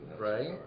Right